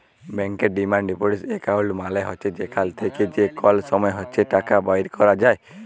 ব্যাংকের demand deposit account মালে হছে যেখাল থ্যাকে যে কল সময় ইছে টাকা বাইর ক্যরা যায়